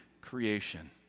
creation